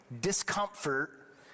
discomfort